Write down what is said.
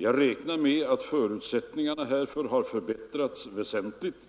Jag räknar med att förutsättningarna härför har förbättrats väsentligt